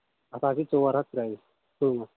اَتھ حظ چھِ ژور ہَتھ ترٛٲوِتھ قٍمتھ